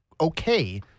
okay